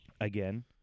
again